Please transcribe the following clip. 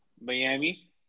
Miami